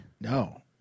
No